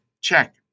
check